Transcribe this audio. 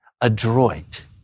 adroit